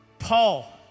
Paul